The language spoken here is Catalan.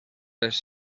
les